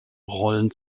rollen